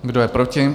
Kdo je proti?